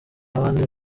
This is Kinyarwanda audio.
n’abandi